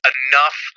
enough